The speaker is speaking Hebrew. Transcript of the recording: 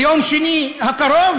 ביום שני הקרוב,